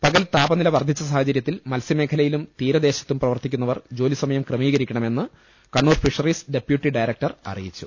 പകൽ താപനില വർധിച്ച സാഹചര്യത്തിൽ മത്സ്യമേഖ ലയിലും തീരദേശത്തും പ്രവർത്തിക്കുന്നവർ ജോലിസമയം ക്കമീകരിക്കണമെന്ന് Kannur fisheries deputy director അറിയിച്ചു